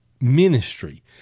ministry